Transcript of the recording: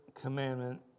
commandment